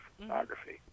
photography